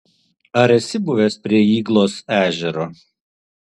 ar esi buvęs prie yglos ežero